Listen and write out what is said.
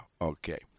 Okay